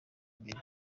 mbere